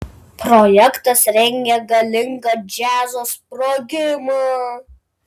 projektas rengia galingą džiazo sprogimą